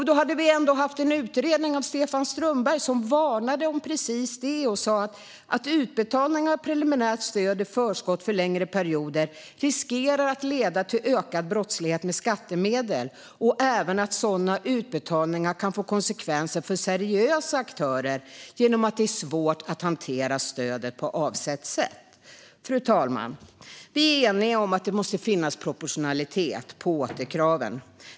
Då hade vi ändå haft en utredning där Stefan Strömberg varnade för precis det och sa att utbetalningar av preliminärt stöd i förskott för längre perioder riskerar att leda till ökad brottslighet med skattemedel och även att sådana utbetalningar kan få konsekvenser för seriösa aktörer genom att det är svårt att hantera stödet på avsett sätt. Fru talman! Vi är eniga om att det måste finnas en proportionalitet när det gäller återkraven.